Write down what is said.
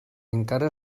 encara